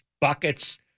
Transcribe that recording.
buckets